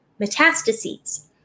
metastases